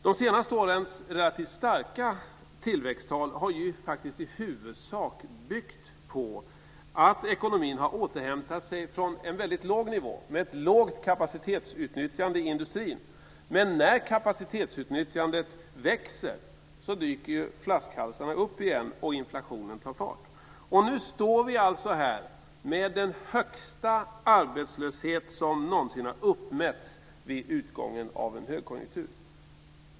De senaste årens relativt starka tillväxttal har ju faktiskt i huvudsak byggt på att ekonomin har återhämtat sig från en väldigt låg nivå med ett lågt kapacitetsutnyttjande i industrin. Men när kapacitetsutnyttjandet växer dyker flaskhalsarna upp igen och inflationen tar fart. Nu står vi alltså här med den högsta arbetslöshet som någonsin har uppmätts vid utgången av en högkonjunktur.